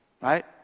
Right